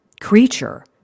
creature